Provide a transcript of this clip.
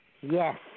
yes